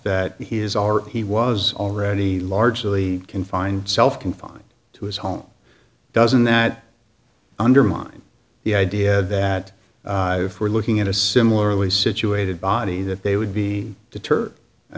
that he has all or he was already largely confined self confined to his home doesn't that undermine the idea that if we're looking at a similarly situated body that they would be deter